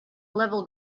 level